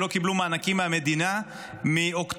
שלא קיבלו מענקים מהמדינה מאוקטובר,